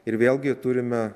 ir vėlgi turime